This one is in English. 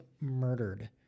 murdered